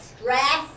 stress